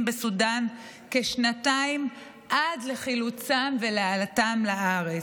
בסודן כשנתיים עד לחילוצם ולהעלאתם לארץ.